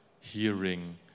hearing